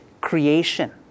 creation